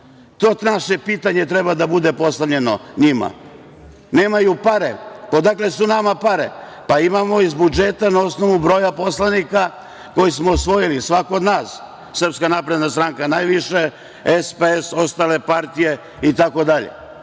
je naše pitanje koje treba da bude postavljeno njima. Nemaju pare. Pa, odakle su nama pare? Pa, imamo iz budžeta na osnovu broja poslanika koji smo osvojili svako od nas. Srpska napredna stranka ima najviše, SPS, ostale partije itd.